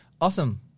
Awesome